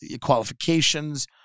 qualifications